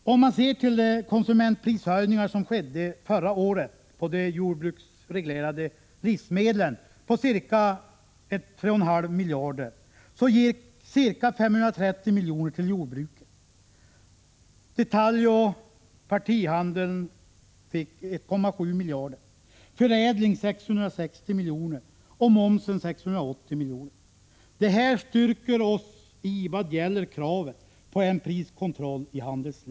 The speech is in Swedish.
Av de konsumentprishöjningar på ca 3,5 miljarder som skedde förra året på de jordbruksreglerade livsmedlen gick ca 530 miljoner till jordbruket och 1,7 miljarder till detaljoch partihandeln. Förädlingen svarade för 660 miljoner och momsen för 680 miljoner. Det här styrker oss i kravet på en priskontroll i handelsledet.